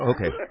Okay